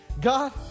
God